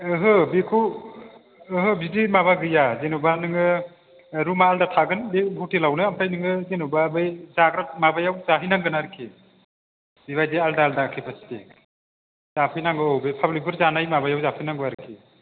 ओहो बेखौ ओहो बिदि माबा गैया जेनबा नोङो रुमा आलदा थागोन बे ह'टेलावनो ओमफ्राय नोङो जेनोबा बे जाग्रा माबायाव जाहैनांगोन आरोखि बे बायदि आलदा आलदा केपासिटि जाफैनांगौ औ बे पाब्लिकफोर जानाय माबायाव जाफैनांगौ आरोखि